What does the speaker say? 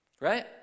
Right